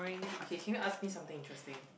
okay can you ask me something interesting